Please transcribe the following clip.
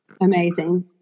Amazing